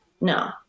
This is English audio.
No